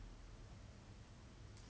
when you get called out you might